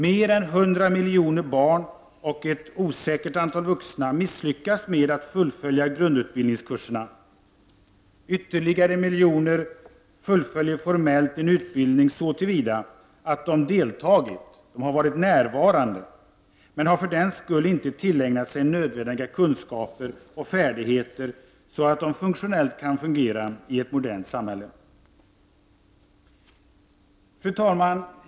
Mer än 100 miljoner barn och ett osäkert antal vuxna misslyckas med att fullfölja grundutbildningskurser. Ytterligare miljoner fullföljer formellt en utbildning så till vida att de deltagit, varit närvarande, men har för den skull inte tillägnat sig nödvändiga kunskaper och färdigheter så att de funk tionellt kan fungera i ett modernt samhälle.